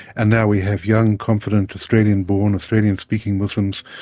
and now we have young confident australian-born, australian-speaking muslims.